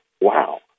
wow